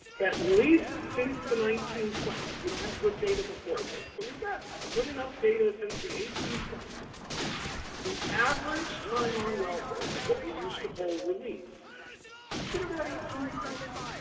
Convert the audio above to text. at least since the nineteen twenty s we don't have good data before this, but we've got good enough data since the eighteen twenty s the average time on welfare this is what we used to call relief has been about eighteen months,